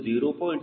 2 ಮತ್ತು 0